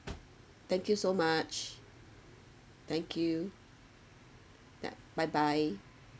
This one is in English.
thank you so much thank you bye bye